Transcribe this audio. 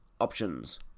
options